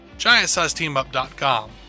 GiantSizeTeamUp.com